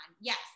yes